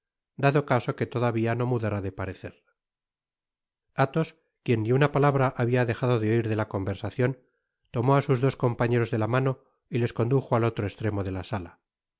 dado caso que todavia no mudara de parecer athos quien ni una palabra habia dejado de oir de la conversacion tomó á sus dos compañeros de la mano y les condujo al otro estremo de la sala y